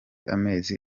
amezi